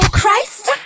christ